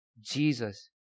Jesus